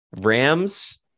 rams